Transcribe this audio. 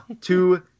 two